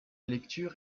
lecture